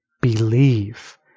believe